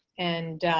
and,